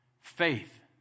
Faith